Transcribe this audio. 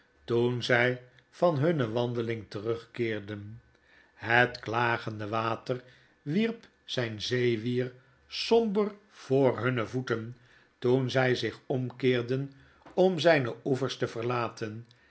toen zjj van hunne wandeling terugkeerden het klagende water wierp zgn zeewier somber voor hunne voeten toen zg zich omkeerden om zjjne oevers te verlaten